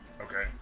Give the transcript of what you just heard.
Okay